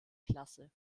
klasse